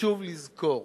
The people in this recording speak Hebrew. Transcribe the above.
שחשוב לזכור: